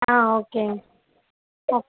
ஆ ஓகேங்க ஓகே